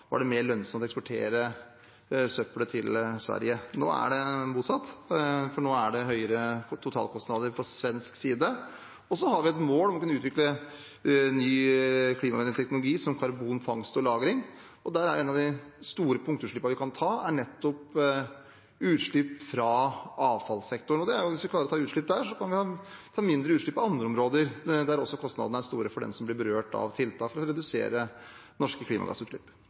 var mer lønnsomt å eksportere søppelet til Sverige. Nå er det motsatt, for nå er det høyere totalkostnader på svensk side. Og så har vi et mål om å kunne utvikle ny klimavennlig teknologi, som karbonfangst og -lagring, og et av de store punktutslippene vi kan ta der, er utslipp nettopp fra avfallssektoren. Hvis vi klarer å ta utslipp der, kan vi ta mindre utslipp på andre områder, der også kostnadene er store for dem som blir berørt av tiltak for å redusere norske klimagassutslipp.